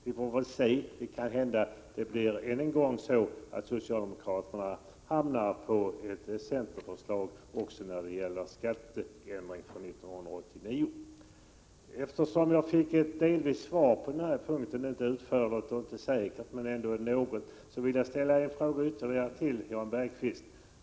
Vi får väl se — kanhända blir det än en gång så att socialdemokraterna hamnar på centerns förslag, också när det gäller skatteändringar för 1989. Eftersom jag fick ett delsvar på denna punkt, vilket varken var utförligt eller bestämt men ändå gav något, vill jag ställa ytterligare några frågor till Jan Bergqvist.